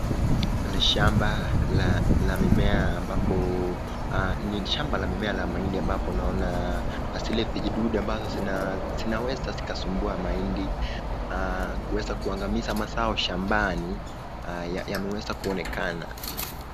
Ni shamba la mimea la mahindi ambapo naona zile vijidudu ambapo zinaweza zikasumbua mahindi, kuweza kuangamiza mazao shambani yameweza kuonekana.